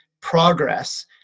progress